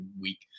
week